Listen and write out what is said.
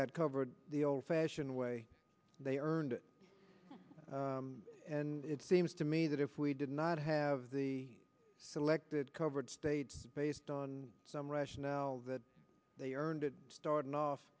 got covered the old fashion way they earned and it seems to me that if we did not have the selected covered states based on some rationale that they earned it started off